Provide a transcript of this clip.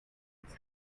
its